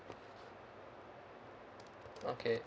okay